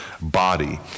body